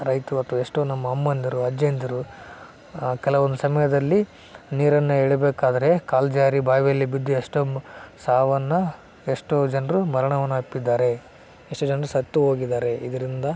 ರೈತರು ಅಥವಾ ಎಷ್ಟೋ ನಮ್ಮ ಅಮ್ಮಂದಿರು ಅಜ್ಜಂದಿರು ಆ ಕೆಲವೊಂದು ಸಮಯದಲ್ಲಿ ನೀರನ್ನು ಎಳಿಬೇಕಾದರೆ ಕಾಲು ಜಾರಿ ಬಾವಿಯಲ್ಲಿ ಬಿದ್ದು ಎಷ್ಟೊ ಸಾವನ್ನು ಎಷ್ಟೋ ಜನರು ಮರಣವನ್ನು ಅಪ್ಪಿದ್ದಾರೆ ಎಷ್ಟೋ ಜನರು ಸತ್ತು ಹೋಗಿದಾರೆ ಇದರಿಂದ